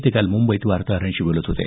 ते काल मुंबईत वार्ताहरांशी बोलत होते